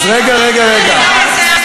אז רגע, רגע,